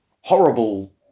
horrible